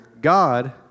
God